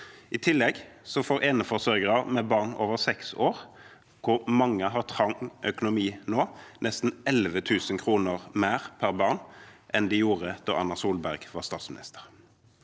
I tillegg får eneforsørgere med barn over seks år, der mange har trang økonomi nå, nesten 11 000 kr mer per barn enn de gjorde da Erna Solberg var statsminister.